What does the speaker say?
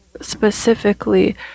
specifically